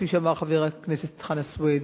כפי שאמר חבר הכנסת חנא סוייד,